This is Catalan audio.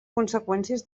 conseqüències